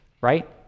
right